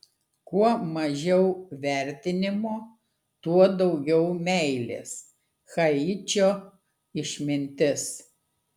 kuo mažiau vertinimo tuo daugiau meilės haičio išmintis